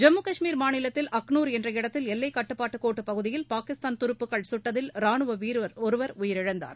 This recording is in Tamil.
ஜம்மு கஷ்மீர் மாநிலத்தில் அக்னூர் என்ற இடத்தில் எல்லைக் கட்டுப்பாட்டு கோட்டுப் பகுதியில் பாகிஸ்தான் துருப்புகள் சுட்டதில் ராணுவ வீரர் ஒருவர் உயிரிழந்தார்